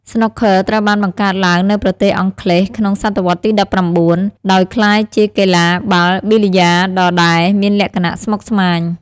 ស្នូកឃ័រ ត្រូវបានបង្កើតឡើងនៅប្រទេសអង់គ្លេសក្នុងសតវត្សទី ១៩ ដោយក្លាយជាកីឡាបាល់ប៊ីល្យាដដែលមានលក្ខណៈស្មុគស្មាញ។